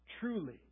Truly